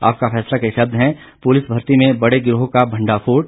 आपका फैसला के शब्द हैं पुलिस भर्ती में बड़े गिरोह का भंडाफोड